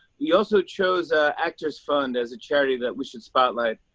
you also chose ah actors fund as a charity that we should spotlight.